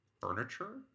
furniture